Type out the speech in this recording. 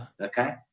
Okay